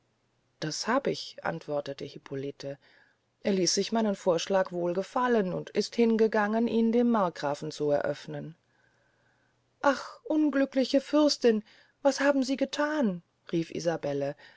das hab ich antwortete hippolite er ließ sich meinen vorschlag wohl gefallen und ist hingegangen ihn dem markgrafen zu eröfnen ach unglückliche fürstin was haben sie gethan rief isabelle